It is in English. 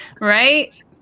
Right